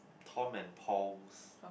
Tom and Paul's